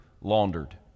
laundered